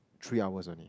three hours only